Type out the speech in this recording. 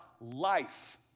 life